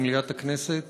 במליאת הכנסת.